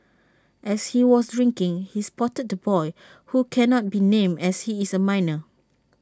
as he was drinking he spotted the boy who cannot be named as he is A minor